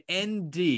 ND